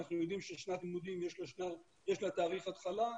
אנחנו יודעים שלשנת לימודים יש תאריך התחלה,